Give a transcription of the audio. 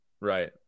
right